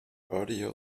audio